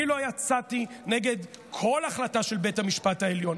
אני לא יצאתי נגד כל החלטה של בית המשפט העליון.